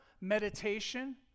meditation